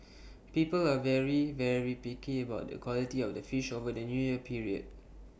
people are very very picky about the quality of the fish over the New Year period